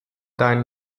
deinen